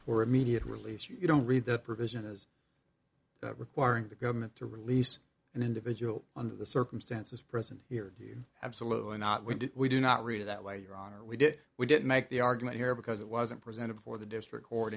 for immediate release you don't read the provision as requiring the government to release an individual under the circumstances present here do you absolutely not we do we do not read it that way your honor we did we did make the argument here because it wasn't presented for the district court